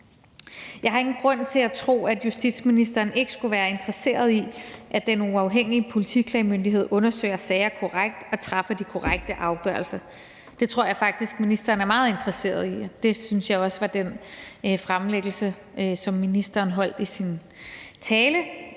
Jeg har ingen grund til at tro, at justitsministeren ikke skulle være interesseret i, at Den Uafhængige Politiklagemyndighed undersøger sager korrekt og træffer de korrekte afgørelser. Det tror jeg faktisk ministeren er meget interesseret i, og det synes jeg også fremgik af den tale, som ministeren holdt. Det var